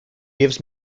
gives